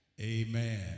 Amen